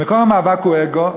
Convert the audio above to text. מקור המאבק הוא אגו,